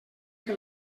que